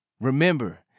Remember